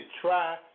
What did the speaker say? try